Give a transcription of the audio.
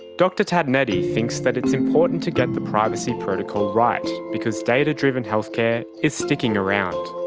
dr tatonetti thinks that it's important to get the privacy protocol right, because data-driven healthcare is sticking around.